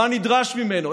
מה נדרש ממנו,